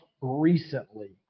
recently